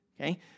okay